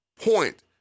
point